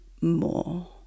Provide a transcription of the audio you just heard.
more